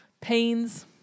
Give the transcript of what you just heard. pains